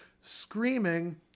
screaming